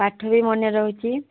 ପାଠ ବି ମନେ ରହୁଛି